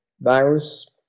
virus